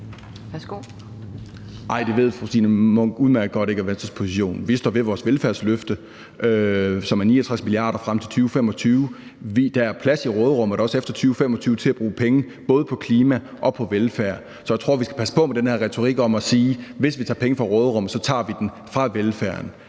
og det ved fru Signe Munk udmærket godt ikke er Venstres position. Vi står ved vores velfærdsløfte, som er på 69 mia. kr. frem til 2025. Og der er plads i råderummet, også efter 2025, til at bruge penge på både klima og velfærd. Så jeg tror, at man skal passe på med den her retorik, hvor man siger, at hvis vi tager penge fra råderummet, tager vi dem fra velfærden.